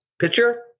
picture